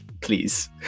please